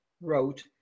wrote